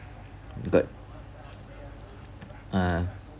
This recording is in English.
got uh